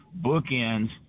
bookends